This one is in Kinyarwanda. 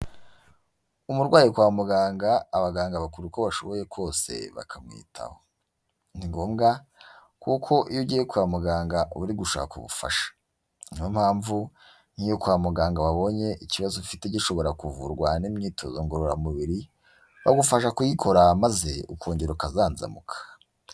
Umurwayi kwa muganga abaganga bakora uko bashoboye kose bakamwitaho. Ni ngombwa kuko iyo ugiye kwa muganga uba uri gushaka ubufasha. Ni yo mpamvu iyo kwa muganga babonye ikibazo ufite gishobora kuvurwa n'imyitozo ngororamubiri, bagufasha kuyikora maze ukongera ukazanzamuka.